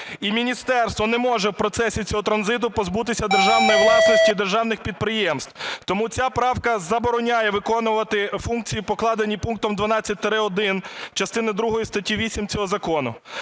І міністерство не може в процесі цього транзиту позбутися державної власності і державних підприємств. Тому ця правка забороняє виконувати функції, покладені пунктом 12-1 частини другої статті 8 цього закону.